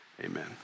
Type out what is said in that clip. Amen